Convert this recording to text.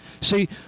See